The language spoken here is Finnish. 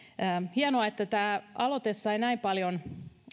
hienoa että tämä aloite sai näin paljon